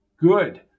Good